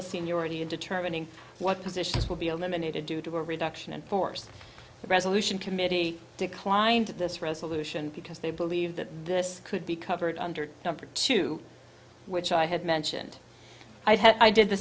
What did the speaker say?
as seniority in determining what positions will be eliminated due to a reduction in force resolution committee declined this resolution because they believe that this could be covered under number two which i had mentioned i did the